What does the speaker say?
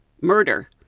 murder